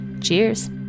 Cheers